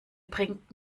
bringt